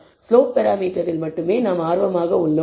slope பராமீட்டர்களில் மட்டுமே நாம் ஆர்வமாக உள்ளோம்